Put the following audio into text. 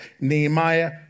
Nehemiah